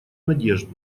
надежду